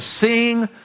sing